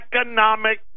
economic